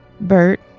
Bert